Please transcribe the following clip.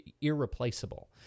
irreplaceable